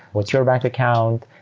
what's your bank account?